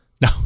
No